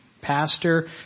Pastor